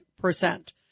percent